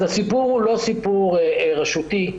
אז הסיפור הוא לא סיפור רשותי.